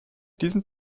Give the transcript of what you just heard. diesem